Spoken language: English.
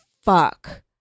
fuck